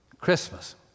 Christmas